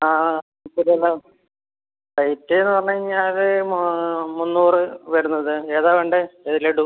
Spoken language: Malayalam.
ആ ആ മുപ്പതെണ്ണം റേറ്റ് എന്ന് പറഞ്ഞുകഴിഞ്ഞാൽ മുന്നൂറ് വരുന്നത് ഏതാ വേണ്ടത് ഏത് ലഡു